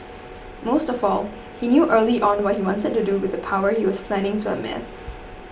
most of all he knew early on what he wanted to do with the power he was planning to amass